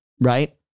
Right